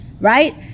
Right